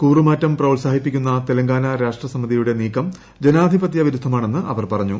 കൂറുമാറ്റം പ്രോത്സാഹിപ്പിക്കുന്ന തെലങ്കാന രാഷ്ട്രസമിതിയുടെ നീക്കം ജനാധിപതൃ വിരുദ്ധമാണെന്ന് അവർ പറഞ്ഞു